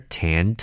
ten